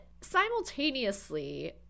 simultaneously